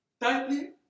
tightly